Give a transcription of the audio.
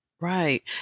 right